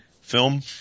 film